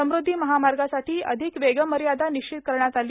समुद्धी महामार्गासाठी अधिक वेगमर्यादा निश्चित करण्यात आली